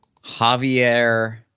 Javier